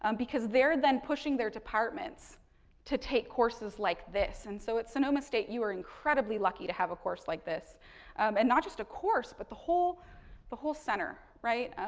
um because, they're then pushing their departments to take courses like this. and so, at sonoma state, you're incredibly lucky to have a course like this and not just the course but the whole the whole center, right,